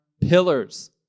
pillars